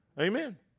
Amen